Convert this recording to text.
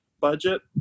budget